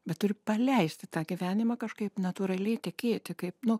bet turi paleisti tą gyvenimą kažkaip natūraliai tekėti kaip nu